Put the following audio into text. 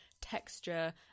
texture